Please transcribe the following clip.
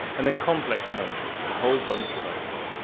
and then complex numbers and a whole bunch of others.